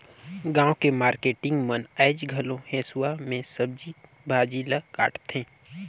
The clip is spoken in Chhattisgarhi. गाँव के मारकेटिंग मन आयज घलो हेसुवा में सब्जी भाजी ल काटथे